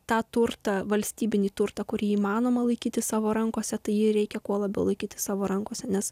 tą turtą valstybinį turtą kurį įmanoma laikyti savo rankose tai jį reikia kuo labiau laikyti savo rankose nes